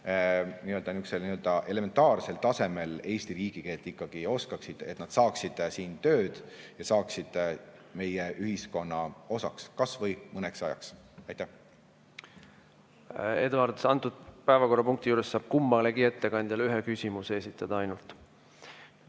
vanemad, elementaarsel tasemel Eesti riigikeelt ikkagi oskaksid, et nad saaksid siin tööd ja saaksid meie ühiskonna osaks kas või mõneks ajaks. Eduard, selle päevakorrapunkti juures saab kummalegi ettekandjale esitada ainult